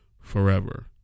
forever